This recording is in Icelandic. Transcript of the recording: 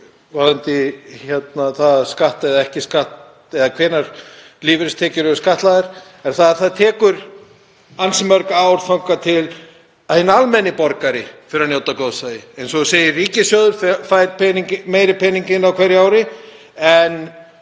varðandi skatt eða ekki skatt eða hvenær lífeyristekjur eru skattlagðar er að það tekur ansi mörg ár þangað til hinn almenni borgari fer að njóta góðs af því. Eins og þú segir, ríkissjóður fær meiri pening inn á hverju ári en